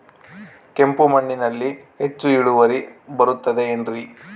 ಕೆಂಪು ಮಣ್ಣಲ್ಲಿ ಹೆಚ್ಚು ಇಳುವರಿ ಬರುತ್ತದೆ ಏನ್ರಿ?